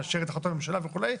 מאשרים את החלטות הממשלה וכולי,